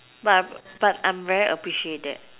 but but I'm very appreciate that